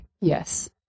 Yes